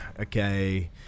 okay